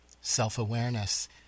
self-awareness